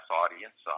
audience